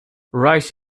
rice